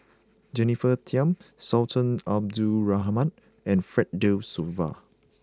Jennifer Tham Sultan Abdul Rahman and Fred De Souza